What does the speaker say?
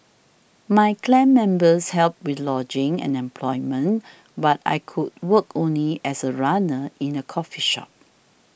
my clan members helped with lodging and employment but I could work only as a runner in a coffee shop